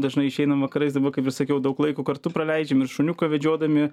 dažnai išeinam vakarais dabar kaip ir sakiau daug laiko kartu praleidžiam ir šuniuką vedžiodami